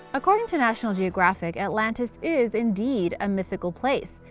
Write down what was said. according to national geographic, atlantis is, indeed, a mythical place,